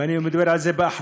ואני מדבר על זה באחריות.